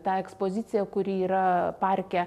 tą ekspoziciją kuri yra parke